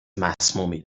مسمومی